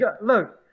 Look